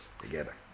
together